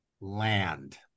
land